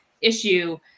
issue